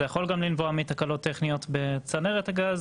זה יכול לנבוע מתקלות טכניות בצנרת הגז,